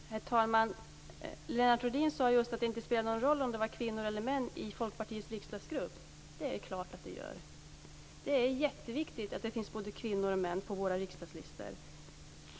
Herr talman! Lennart Rohdin sade att det inte spelar någon roll om det är kvinnor eller män i Folkpartiets riksdagsgrupp. Det är klart att det gör. Det är jätteviktigt att det finns både kvinnor och män på våra riksdagslistor.